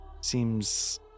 seems